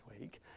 week